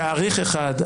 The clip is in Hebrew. תאריך אחד,